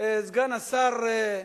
סגן השר,